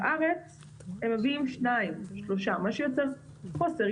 בארץ הם מביאים 2-3, מה שיוצר חוסר.